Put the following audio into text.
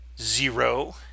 Zero